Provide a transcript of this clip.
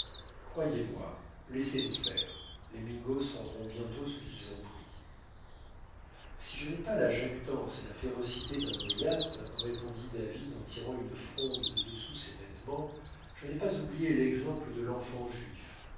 croyez-moi laissez-nous faire les mingos rendront bientôt ce qu'ils ont pris si je n'ai pas la jactance et la férocité d'un goliath répondit david en tirant une fronde de dessous ses vêtements je n'ai pas oublié l'exemple de l'enfant juif